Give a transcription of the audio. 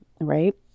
right